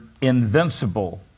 invincible